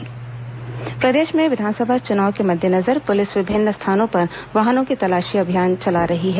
tiffin जब्त प्रदेश में विधानसभा चुनाव के मद्देनजर पुलिस विभिन्न स्थानों पर वाहनों की तलाशी अभियान चला रही है